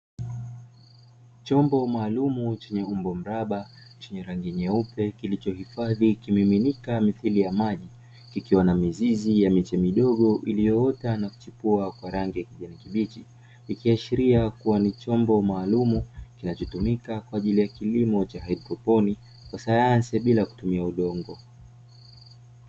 Chombo maalumu chenye umbo mraba chenye rangi nyeupe, kilichohifadhi kimiminika mithili ya maji, kikiwa na mizizi ya miche midogo iliyoota na kuchipua kwa rangi ya kijani kibichi, ikiashiria kuwa ni chombo maalumu kinachotumika kwa ajili ya kilimo cha haidroponi, cha sayansi ya bila kutumia udongo.